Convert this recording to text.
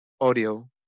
audio